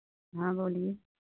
हाँ बोलिए